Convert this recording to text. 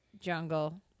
jungle